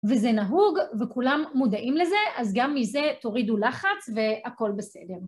וזה נהוג וכולם מודעים לזה, אז גם מזה תורידו לחץ והכל בסדר.